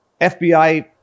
FBI